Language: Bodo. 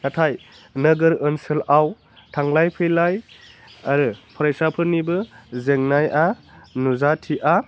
नाथाय नोगोर ओनसोलाव थांलाय फैलाय आरो फरायसाफोरनिबो जेंनाया नुजाथिया